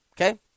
okay